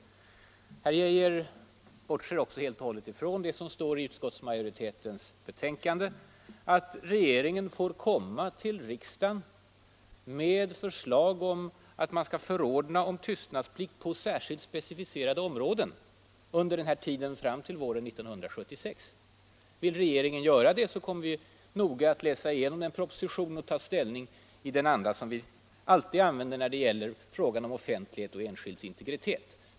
Justitieministern bortser också helt och hållet från det som står i utskottsmajoritetens betänkande, att regeringen bör komma till riksdagen med förslag om att man skall förordna om tystnadsplikt på särskilt specificerade områden under tiden fram till våren 1976. Vill regeringen göra det kommer vi noga att läsa igenom propositionen och ta ställning i den anda som vi brukar arbeta i när det gäller frågor om offentlighet och enskilds integritet.